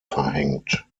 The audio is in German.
verhängt